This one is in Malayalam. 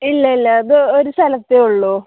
ഇല്ല ഇല്ല അത് ഒരു സ്ഥലത്തെ ഉള്ളു